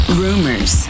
rumors